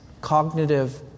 cognitive